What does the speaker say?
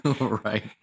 Right